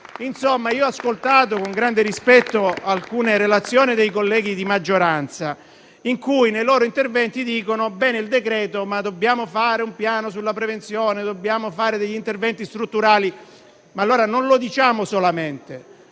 Ho ascoltato con grande rispetto alcune relazioni dei colleghi di maggioranza che dicono: bene il decreto, ma dobbiamo fare un piano sulla prevenzione, dobbiamo fare degli interventi strutturali. Allora non diciamolo solamente,